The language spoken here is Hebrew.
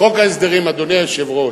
חוק ההסדרים, אדוני היושב-ראש,